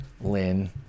Lynn